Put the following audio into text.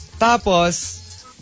Tapos